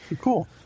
Cool